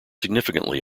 significantly